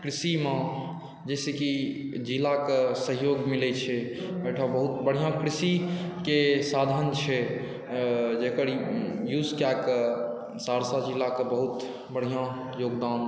कृषिमे जाहिसँ कि जिलाके सहयोग मिलै छै एहिठाम बहुत बढ़िआँ कृषिके साधन छै जकर यूज कऽ कऽ सहरसा जिलाके बहुत बढ़िआँ योगदान